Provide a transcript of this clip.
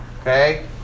okay